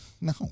No